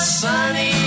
sunny